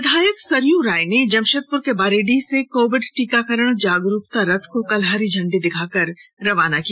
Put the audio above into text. विधायक सरय राय ने जमशेदपुर के बारीडीह से कोविड टीकाकरण जागरुकता रथ को कल हरी झंडी दिखा कर रवाना किया